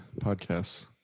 podcasts